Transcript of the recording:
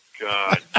God